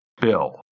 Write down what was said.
bill